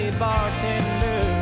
bartender